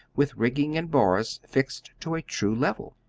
with rigging and bars fixed to a true level.